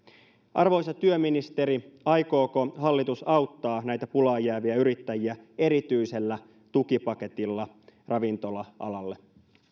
arvoisa työministeri aikooko hallitus auttaa näitä pulaan jääviä yrittäjiä erityisellä tukipaketilla ravintola alalle